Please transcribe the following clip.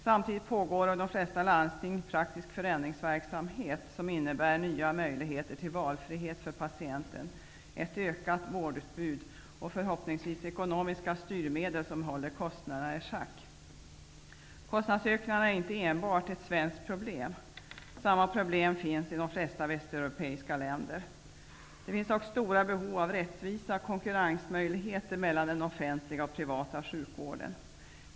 Samtidigt pågår i de flesta landsting praktisk förändringsverksamhet, som innebär nya möjligheter till valfrihet för patienten, ett ökat vårdutbud och förhoppningsvis ekonomiska styrmedel som håller kostnaderna i schack. Kostnadsökningarna är inte enbart ett svenskt problem. Samma problem finns i de flesta västeuropeiska länderna. Det finns dock stora behov av rättvisa konkurrensmöjligheter mellan den offentliga och privata sjukvården.